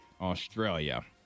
Australia